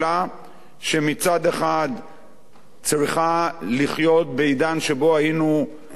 שמצד אחד צריכה לחיות בעידן שבו היינו בירידה